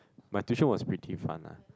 my tuition was pretty fun lah